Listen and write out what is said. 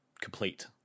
complete